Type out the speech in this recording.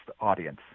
audience